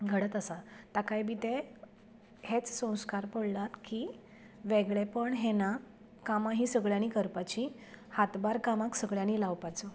घडत आसा ताकाय बी ते हेच संस्कार पडल्यात की वेगळेपण हें ना कामांं ही सगळ्यांनी करपाची हातभार कामांक सगळ्यांनी लावपाचो